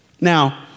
Now